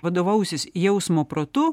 vadovausis jausmo protu